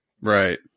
Right